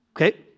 Okay